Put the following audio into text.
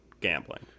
gambling